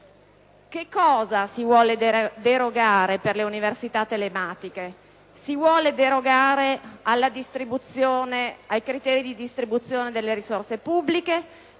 che cosa si vuole derogare per le università telematiche. Si vuole derogare ai criteri di distribuzione delle risorse pubbliche?